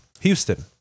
Houston